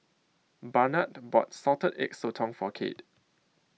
Barnard bought Salted Egg Sotong For Kade